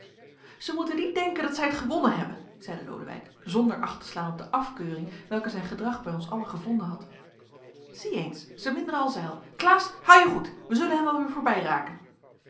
zij moeten niet denken dat zij t gewonnen hebben zeide lodewijk zonder acht te slaan op de afkeuring welke zijn gedrag bij ons allen gevonden had zie eens zij minderen al zeil klaas hou je goed wij zullen hen wel weer